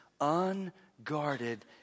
unguarded